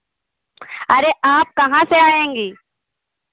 अरे आप कहाँ से आएँगी